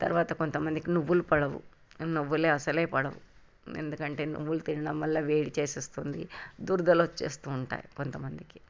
తర్వాత కొంతమందికి నువ్వులు పడవు నువ్వులు అసలు పడవు ఎందుకంటే నువ్వులు తినడం వల్ల వేడి చేస్తుంది దురదలు వస్తుంటాయి కొంతమందికి